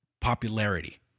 popularity